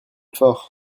fort